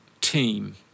team